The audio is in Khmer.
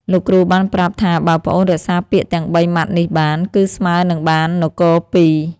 លោកគ្រូបានប្រាប់ថាបើប្អូនរក្សាពាក្យទាំងបីម៉ាត់នេះបាន គឺស្មើនឹងបាននគរពីរ។